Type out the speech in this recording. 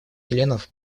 членов